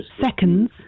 seconds